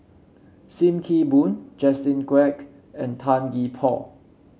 Sim Kee Boon Justin Quek and Tan Gee Paw